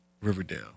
Riverdale